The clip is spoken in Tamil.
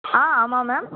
ஆ ஆமாம் மேம்